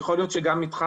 יכול להיות שגם איתך,